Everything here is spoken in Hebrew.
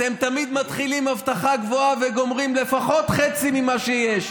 אתם תמיד מתחילים בהבטחה גבוהה וגומרים לפחות חצי ממה שיש.